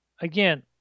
again